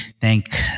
thank